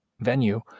venue